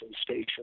station